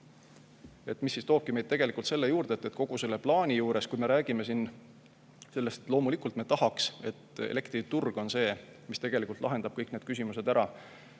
See toobki meid tegelikult selle juurde, et kogu selle plaani juures, kui me räägime siin sellest, et loomulikult me tahaksime, et elektriturg lahendaks kõik need küsimused ära,